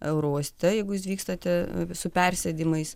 eurouoste jeigu jūs vykstate su persėdimais